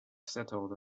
settled